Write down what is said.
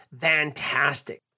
fantastic